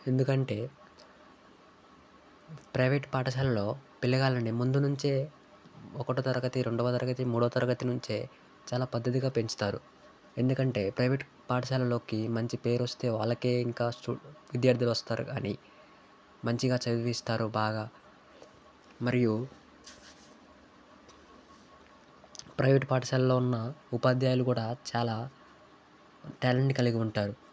ఎందుకంటే ప్రైవేట్ పాఠశాలలో పిల్లగాళ్ళని ముందు నుంచే ఒకటో తరగతి రెండవ తరగతి మూడో తరగతి నుంచే చాలా పద్ధతిగా పెంచుతారు ఎందుకంటే ప్రైవేట్ పాఠశాలల్లోకి మంచి పేరు వస్తే వాళ్ళకే ఇంకా విద్యార్థులు వస్తారు కాని మంచిగా చదివిస్తారు బాగా మరియు ప్రైవేటు పాఠశాలలో ఉన్న ఉపాధ్యాయులు కూడా చాలా టాలెంట్ని కలిగి ఉంటారు